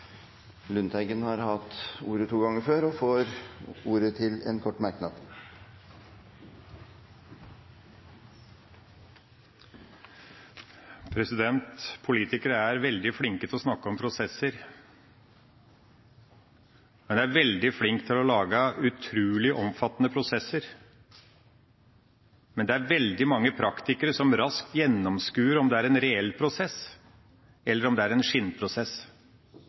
Lundteigen har hatt ordet to ganger tidligere i debatten og får ordet til en kort merknad, begrenset til 1 minutt. Politikere er veldig flinke til å snakke om prosesser, de er veldig flinke til å lage utrolig omfattende prosesser, men det er veldig mange praktikere som raskt gjennomskuer om det er en reell prosess, eller om det er en skinnprosess.